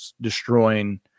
destroying